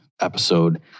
episode